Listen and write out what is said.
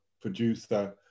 producer